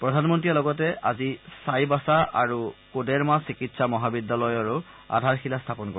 প্ৰধানমন্ত্ৰীয়ে লগতে আজি ছাইবাচা আৰু কোদেৰ্মা চিকিৎসা মহাবিদ্যালয়ৰো আধাৰশিলা স্থাপন কৰিব